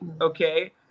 okay